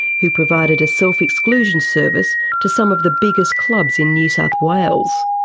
who provided a self-exclusion service to some of the biggest clubs in new south wales.